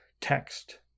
text